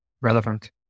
relevant